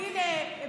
הינה,